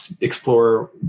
explore